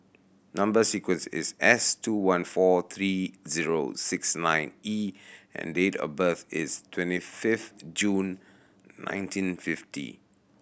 number sequence is S two one four three zero six nine E and date of birth is twenty fifth June nineteen fifty